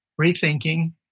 rethinking